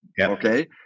Okay